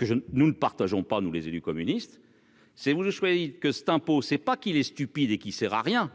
ne nous ne partageons pas, nous, les élus communistes c'est vous-il que cet impôt, c'est pas qu'il est stupide et qui sert à rien,